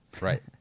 Right